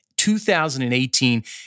2018